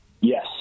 Yes